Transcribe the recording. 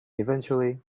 eventually